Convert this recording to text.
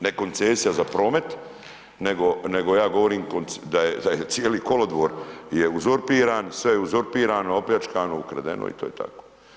Ne koncesija za promet nego ja govorim da je cijeli kolodvor je uzurpiran, sve je uzurpirano, opljačkano, ukradeno i to je tako.